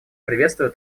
приветствую